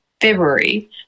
February